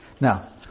Now